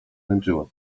tańczyła